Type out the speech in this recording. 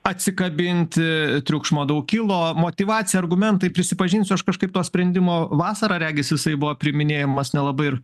atsikabint triukšmo daug kilo motyvacija argumentai prisipažinsiu aš kažkaip to sprendimo vasarą regis jisai buvo priiminėjamas nelabai ir